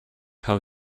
how